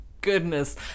goodness